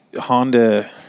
Honda